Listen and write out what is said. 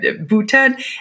Bhutan